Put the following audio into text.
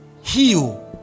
Heal